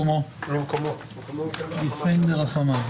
(היו"ר גלעד קריב, 12:15)